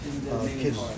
kid's